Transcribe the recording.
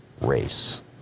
race